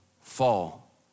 fall